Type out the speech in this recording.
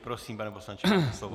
Prosím, pane poslanče, máte slovo.